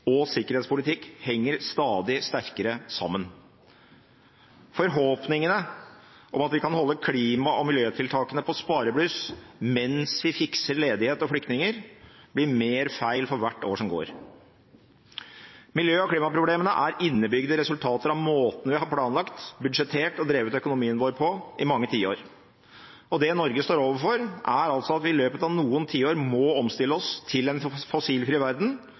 og sikkerhetspolitikk henger stadig sterkere sammen. Forhåpningene om at vi kan holde klima- og miljøtiltakene på sparebluss mens vi fikser ledighet og flyktninger, blir mer feil for hvert år som går. Miljø- og klimaproblemene er innebygde resultater av måten vi har planlagt, budsjettert og drevet økonomien vår på i mange tiår. Det Norge står overfor, er altså at vi i løpet av noen tiår må omstille oss til en fossilfri verden